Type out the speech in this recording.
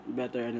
better